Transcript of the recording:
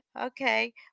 Okay